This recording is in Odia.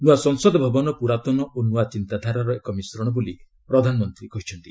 ନୂଆ ସଂସଦ ଭବନ ପୁରାତନ ଓ ନୂଆ ଚିନ୍ତାଧାରାର ଏକ ମିଶ୍ରଣ ବୋଲି ପ୍ରଧାନମନ୍ତ୍ରୀ ଉଲ୍ଲେଖ କରିଛନ୍ତି